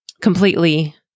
completely